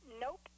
nope